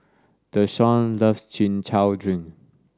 Deshawn loves Chin Chow Drink